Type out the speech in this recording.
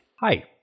Hi